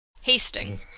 Hasting